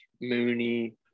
Mooney